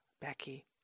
Becky